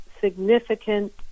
significant